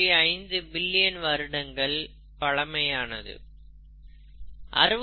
5 billion வருடங்கள் பழமையானது